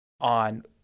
on